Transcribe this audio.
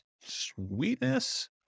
Sweetness